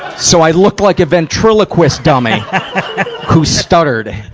so i looked like a ventriloquist dummy who stuttered.